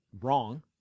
wrong